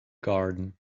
garden